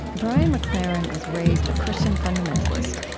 brian mclaren was raised a christian fundamentalist,